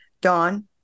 Don